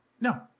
No